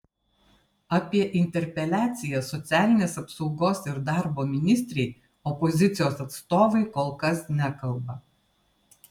apie interpeliaciją socialinės apsaugos ir darbo ministrei opozicijos atstovai kol kas nekalba